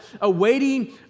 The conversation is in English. awaiting